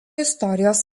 istorijos